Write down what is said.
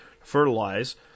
fertilize